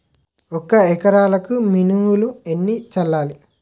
ఒక ఎకరాలకు మినువులు ఎన్ని చల్లాలి?